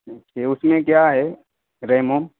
اچھا اس میں کیا ہے ریم ووم